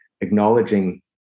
acknowledging